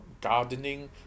gardening